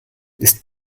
ist